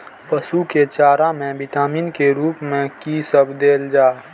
पशु के चारा में विटामिन के रूप में कि सब देल जा?